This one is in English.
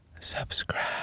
Subscribe